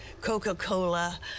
Coca-Cola